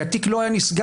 כי התיק לא היה נסגר.